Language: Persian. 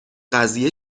قضیه